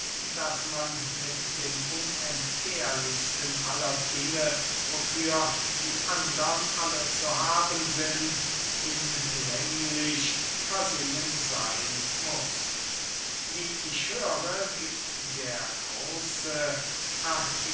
daß man mit dem unentbehrlichsten aller dinge wofür die andern alle zu haben sind hinlänglich versehen seyn muß wie ich höre giebt der große